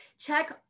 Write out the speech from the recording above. check